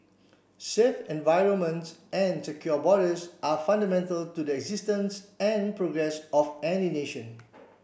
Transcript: safe environments and secure borders are fundamental to the existence and progress of any nation